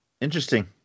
Interesting